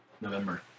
November